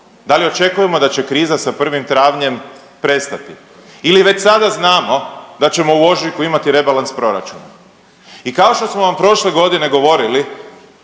Da li očekujemo da će kriza sa 1. travnjem prestati ili već sada znamo da ćemo u ožujku imati rebalans proračuna i kao što smo vam prošle godine govorili,